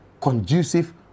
conducive